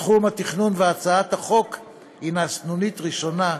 בתחום התכנון, והצעת החוק היא סנונית ראשונה,